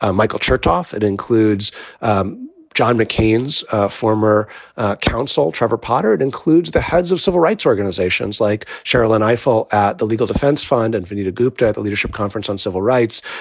ah michael chertoff. it includes john mccain's former counsel, trevor potter. it includes the heads of civil rights organizations like sherrilyn eifel at the legal defense fund and vanita gupta at the leadership conference on civil rights.